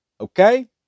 Okay